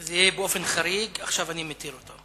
זה באופן חריג, עכשיו אני מתיר אותו.